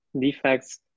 defects